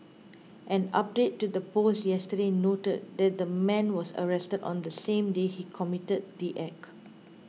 an update to the post yesterday noted that the man was arrested on the same day he committed the act